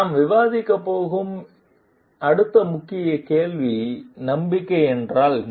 நாம் விவாதிக்கப் போகும் அடுத்த முக்கிய கேள்வி நம்பிக்கை என்றால் என்ன